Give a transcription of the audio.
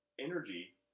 energy